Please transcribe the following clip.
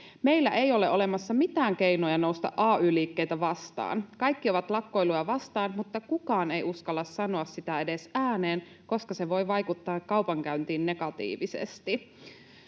Meillä ei ole olemassa mitään keinoja nousta ay-liikkeitä vastaan. Kaikki ovat lakkoilua vastaan, mutta kukaan ei uskalla sanoa sitä edes ääneen, koska se voi vaikuttaa kaupankäyntiin negatiivisesti.”